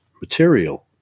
material